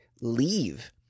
leave